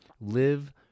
live